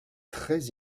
très